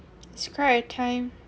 describe a time okay